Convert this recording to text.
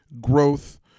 growth